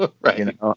Right